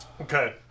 Okay